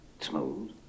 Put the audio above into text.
Smooth